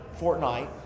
Fortnite